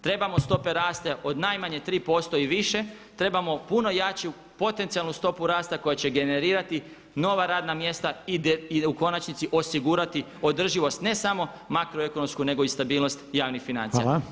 Trebamo stope rasta od najmanje 3% i više, trebamo puno jaču potencijalnu stopu rasta koja će generirati nova radna mjesta i u konačnici osigurati održivost ne samo makroekonomsku nego i stabilnost javnih financija.